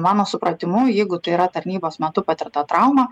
mano supratimu jeigu tai yra tarnybos metu patirta trauma